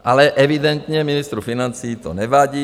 Ale evidentně ministru financí to nevadí.